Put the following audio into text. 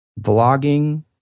Vlogging